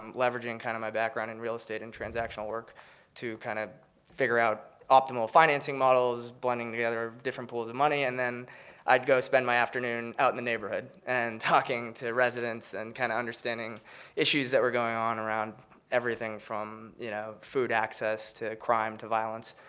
um leveraging kind of my background in real estate and transactional work to kind of figure out optimal financing models, blending together different pools of money, and then i'd go spend my afternoon out in the neighborhood and talking to residents and kind of understanding issues that were going on around everything from, you know, food access to crime to violence.